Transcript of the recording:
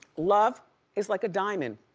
love is like a diamond.